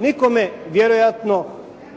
Nikome vjerojatno